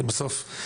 בסוף,